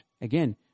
again